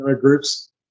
groups